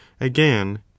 again